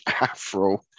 afro